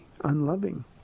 unloving